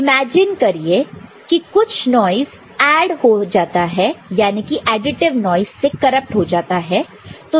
अब इमेजिन करिए कि कुछ नॉइस ऐड हो जाता है याने की एडिटिव नॉइस से करप्ट हो जाता है